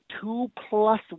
two-plus